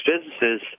businesses